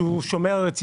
שבה הלקוח שומר על רציפות.